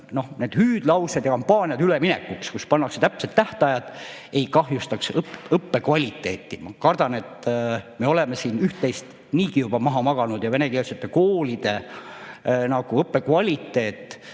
Kõik need hüüdlaused ja kampaaniad üleminekuks, kui pannakse täpsed tähtajad, ei [tohi] kahjustada õppekvaliteeti. Ma kardan, et me oleme siin üht-teist juba maha maganud ja venekeelsete koolide õppekvaliteet